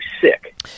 sick